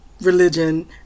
religion